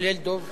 כולל דב חנין?